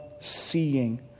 seeing